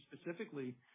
specifically